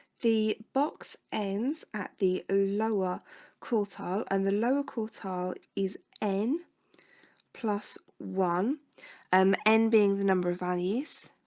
the box ends at the lower quartile and the lower quartile is n plus one um n being the number of values